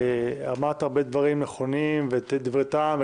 אמרת הרבה דברים נכונים, דברי טעם.